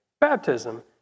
Baptism